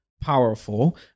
powerful